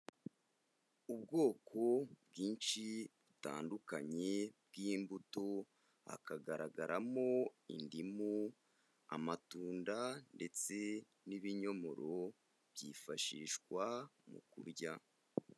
Ubwoko bwinshi butandukanye bw'imbuto, hakagaragaramo indimu amatunda ndetse n'ibinyomoro, byifashishwa mu kurya.